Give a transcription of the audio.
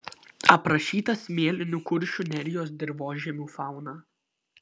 aprašyta smėlinių kuršių nerijos dirvožemių fauna